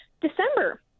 December